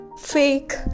Fake